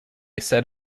said